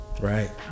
right